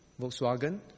Volkswagen